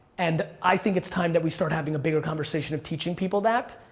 and i think it's time that we start having a bigger conversation of teaching people that,